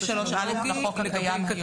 סעיף 3א לחוק הקיים.